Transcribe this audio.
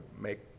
make